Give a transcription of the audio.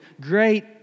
great